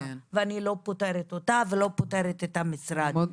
ואני לא פותרת אותה ולא פותרת את המשרד.